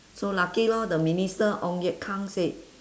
so lucky lor the minister ong-ye-kung said